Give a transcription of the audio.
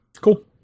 cool